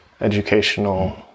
educational